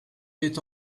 est